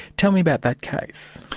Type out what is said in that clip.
tell me about that case.